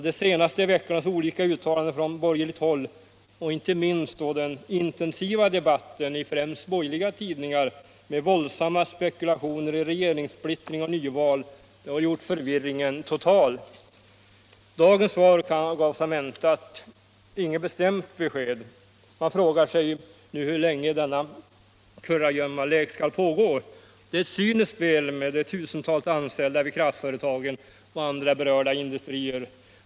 De senaste veckornas olika uttalanden från bor gerligt håll, och inte minst den intensiva debatten i främst borgerliga tidningar med våldsamma spekulationer i regeringssplittring och nyval, har gjort förvirringen total. Dagens svar gav som väntat inget bestämt besked. Man frågar sig nu hur länge denna kurragömmalek skall pågå. Det är ett cyniskt spel med de tusentals anställda vid kraftföretagen och andra berörda industrier.